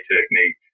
technique